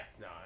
No